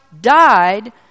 died